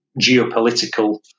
geopolitical